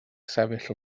sefyll